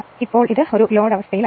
ഇപ്പോൾ ഇത് ലോഡ് അവസ്ഥയിലല്ല